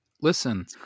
Listen